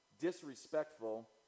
disrespectful